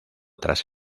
tras